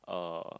uh